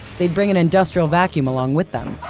they'd bring an industrial vacuum along with them.